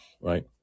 right